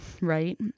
right